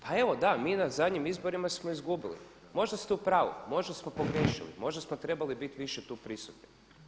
Pa evo da, mi na zadnjim izborima smo izgubili, možda ste u pravu, možda smo pogriješili, možda smo trebali biti više tu prisutni.